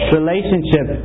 relationship